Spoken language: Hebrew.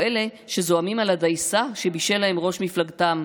או אלה שזועמים על הדייסה שבישל להם ראש מפלגתם,